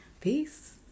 Peace